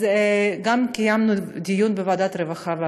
אז קיימנו דיון גם בוועדת העבודה והרווחה,